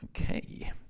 Okay